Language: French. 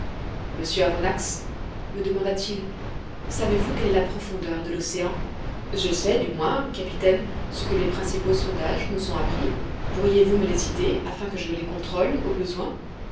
monsieur aronnax me demanda-t-il savez-vous quelle est la profondeur de l'océan je sais du moins capitaine ce que les principaux sondages nous ont appris pourriez-vous me les citer afin que je les contrôle au besoin